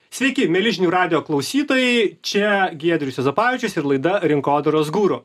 sveiki mieli žinių radijo klausytojai čia giedrius juozapavičius ir laida rinkodaros guru